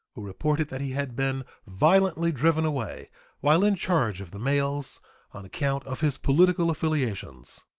who reported that he had been violently driven away while in charge of the mails on account of his political affiliations.